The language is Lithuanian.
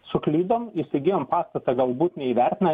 suklydom įsigijom pastatą galbūt neįvertinę